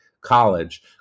college